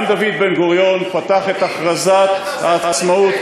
גם דוד בן-גוריון פתח את הכרזת העצמאות,